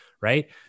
Right